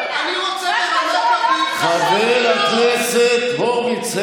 חבר הכנסת הורוביץ,